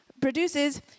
produces